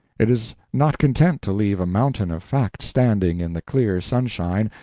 it is not content to leave a mountain of fact standing in the clear sunshine,